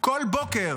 כל בוקר